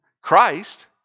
Christ